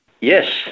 Yes